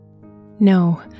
No